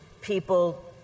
people